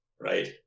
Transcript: right